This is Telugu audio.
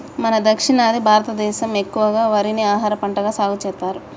మన దక్షిణాది భారతదేసం ఎక్కువగా వరిని ఆహారపంటగా సాగుసెత్తారు